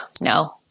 no